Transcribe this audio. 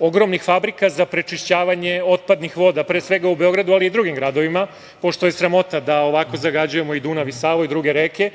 ogromnih fabrika za prečišćavanje otpadnih voda. Pre svega u Beogradu, ali i u drugim gradovima, pošto je sramota da ovako zagađujemo i Dunav i Savu i druge reke.